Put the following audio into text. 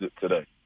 today